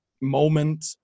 moment